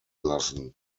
lassen